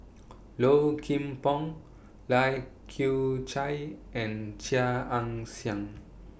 Low Kim Pong Lai Kew Chai and Chia Ann Siang